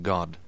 God